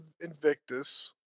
Invictus